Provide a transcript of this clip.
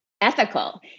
ethical